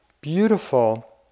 beautiful